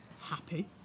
Happy